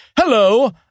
hello